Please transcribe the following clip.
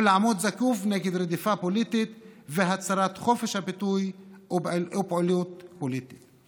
ויעמוד זקוף נגד רדיפה פוליטית והצרת חופש הביטוי והפעילות הפוליטית.